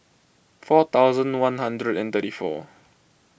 four thousand one hundred and thirty four